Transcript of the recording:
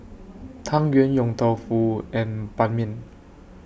Tang Yuen Yong Tau Foo and Ban Mian